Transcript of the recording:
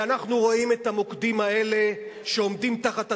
ואנחנו רואים את המוקדים האלה שעומדים תחת התקפה,